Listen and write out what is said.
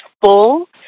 full